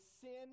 sin